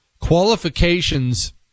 Qualifications